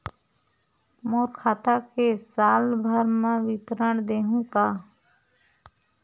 मोर खाता के साल भर के विवरण देहू का?